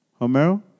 Homero